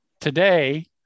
today